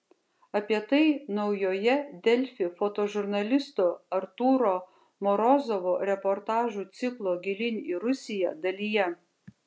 apie tai naujoje delfi fotožurnalisto artūro morozovo reportažų ciklo gilyn į rusiją dalyje